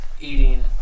eating